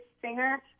singer